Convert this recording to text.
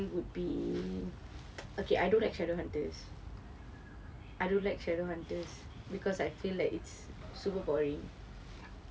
would be okay I don't like shadow hunters I don't like shadow hunters because I feel like it's super boring